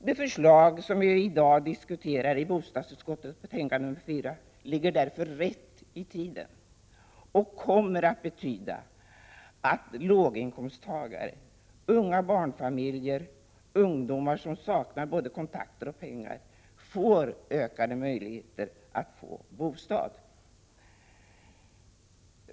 Det förslag som behandlas i bostadsutskottets betänkande 4 och som vi i dag diskuterar ligger därför rätt i tiden och kommer att betyda att låginkomsttagare, unga barnfamiljer, ungdomar som saknar både kontakter och pengar får ökade möjligheter att få bostad.